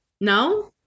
no